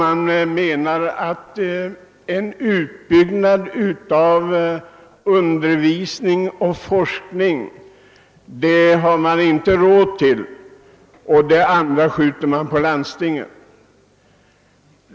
Man menar att en utbyggnad av undervisning och forskning har vi inte råd till, och man skjuter över problemen på landstingen.